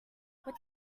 what